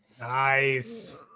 Nice